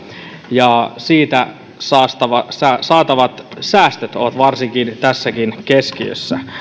ja varsinkin siitä saatavat säästöt ovat tässäkin keskiössä